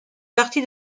partie